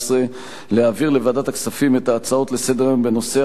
להעביר לוועדת הכספים את ההצעות לסדר-היום בנושא: